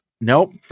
Nope